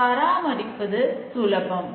பார்க்கிறோம்